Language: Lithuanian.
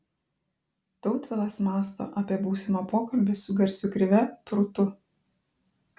tautvilas mąsto apie būsimą pokalbį su garsiu krive prūtu